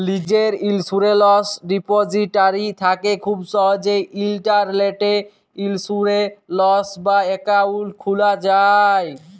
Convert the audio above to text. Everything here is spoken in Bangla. লীজের ইলসুরেলস ডিপজিটারি থ্যাকে খুব সহজেই ইলটারলেটে ইলসুরেলস বা একাউল্ট খুলা যায়